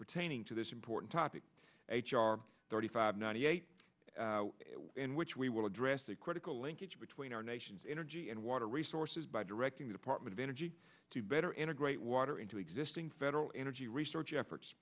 pertaining to this important topic h r thirty five ninety eight in which we will address that critical linkage between our nation's energy and water resources by directing the department of energy to better integrate water into existing federal energy research efforts